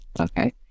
Okay